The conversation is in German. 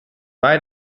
bei